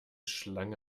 schlange